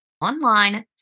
online